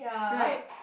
right